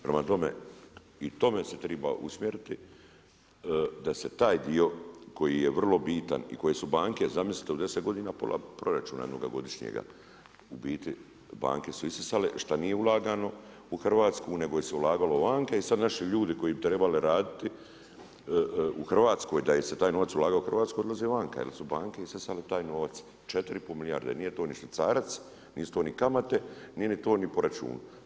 Prema tome, i tome se treba usmjeriti da se taj dio koji je vrlo bitan i koji su banke, zamislite u 10 godina pola proračuna jednoga godišnjega, u biti banke su isisale šta nije ulagano u Hrvatsku nego se ulagalo vani i sada naši ljudi koji bi trebali raditi u Hrvatskoj da se taj novac ulaže u Hrvatsku odlazi vani jer su banke isisale taj novac, 4,5 milijarde jer nije to ni švicarac, nisu to ni kamate, nije ni to ni po računu.